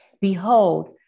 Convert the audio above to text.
Behold